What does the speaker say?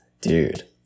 Dude